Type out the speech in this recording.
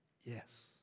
Yes